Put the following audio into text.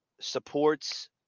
supports